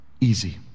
easy